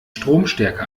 stromstärke